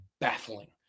baffling